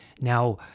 Now